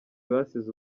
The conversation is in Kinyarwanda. basize